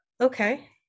okay